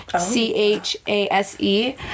C-H-A-S-E